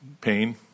pain